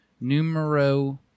Numero